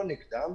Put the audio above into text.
אנחנו לא נגדם,